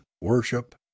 worship